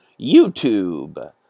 YouTube